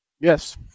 Yes